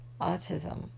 autism